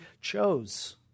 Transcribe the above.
chose